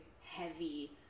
heavy